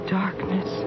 darkness